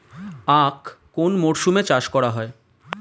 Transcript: আখ কোন মরশুমে চাষ করা হয়?